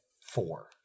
four